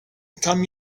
come